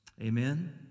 Amen